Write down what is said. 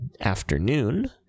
afternoon